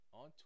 on